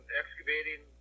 excavating